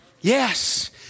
Yes